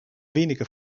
wenige